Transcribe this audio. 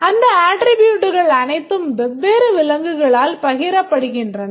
அந்த அட்ட்ரிபூட்ஸ் அனைத்தும் வெவ்வேறு விலங்குகளால் பகிரப்படுகின்றன